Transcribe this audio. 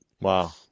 wow